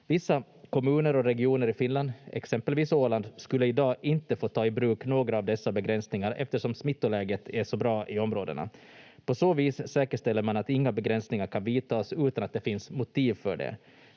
Vissa kommuner och regioner i Finland, exempelvis Åland, skulle i dag inte få ta i bruk några av dessa begränsningar eftersom smittoläget är så bra i områdena. På så vis säkerställer man att inga begränsningar kan vidtas utan att det finns motiv för det.